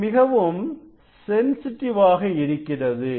இது மிகவும் சென்சிட்டிவ் ஆக இருக்கிறது